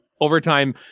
overtime